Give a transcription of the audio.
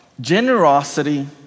Generosity